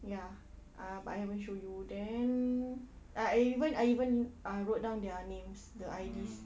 ya uh but I haven't show you then I I even I even uh wrote down their names the I_Ds